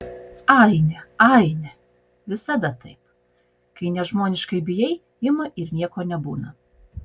aine aine visada taip kai nežmoniškai bijai ima ir nieko nebūna